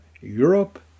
Europe